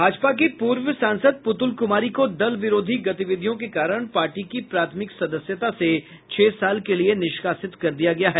भाजपा की पूर्व सांसद पुतुल कुमारी को दल विरोधी गतिविधियों के कारण पार्टी की प्राथमिक सदस्यता से छह साल के लिये निष्कासित कर दिया है